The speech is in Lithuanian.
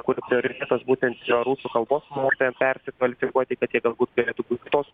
kur prioritetas būtent yra rusų kalbos mokytojam persikvalifikuoti kad jie galbūt galėtų būt kitos